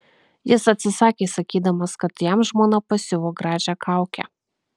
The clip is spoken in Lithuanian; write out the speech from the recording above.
jis atsisakė sakydamas kad jam žmona pasiuvo gražią kaukę